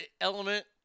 element